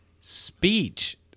speech